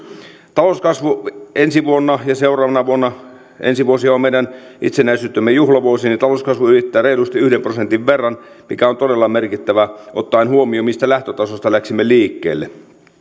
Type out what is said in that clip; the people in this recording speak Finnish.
talouskasvu ensi vuonna ja seuraavana vuonna ensi vuosi on on meidän itsenäisyytemme juhlavuosi talouskasvu ylittää reilusti yhden prosentin mikä on todella merkittävä ottaen huomioon mistä lähtötasosta läksimme liikkeelle